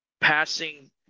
passing